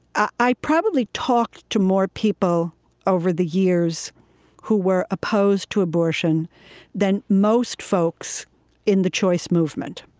i probably talked to more people over the years who were opposed to abortion than most folks in the choice movement.